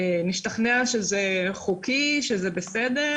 נשתכנע שזה חוקי, שזה בסדר.